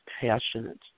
passionate